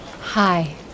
Hi